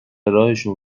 راهشون